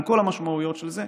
על כל המשמעויות של זה,